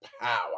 power